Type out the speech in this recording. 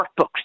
workbooks